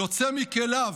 יוצא מכליו